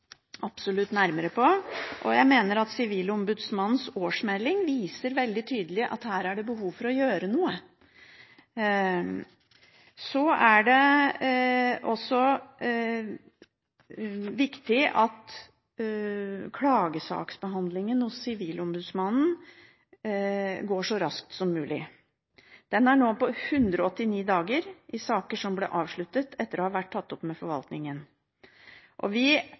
nærmere på, og jeg mener at Sivilombudsmannens årsmelding viser veldig tydelig at her er det behov for å gjøre noe. Så er det også viktig at klagesaksbehandlingen hos Sivilombudsmannen går så raskt som mulig. Den er nå på 189 dager i saker som ble avsluttet etter å ha vært tatt opp med forvaltningen. Vi